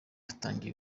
batangije